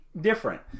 different